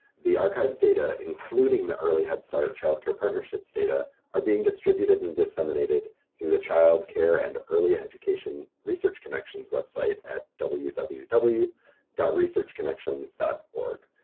the archive's data including the early head start-child care partnerships data are being distributed and disseminated through the child care and early education research connections website at www www dot researchconnections dot org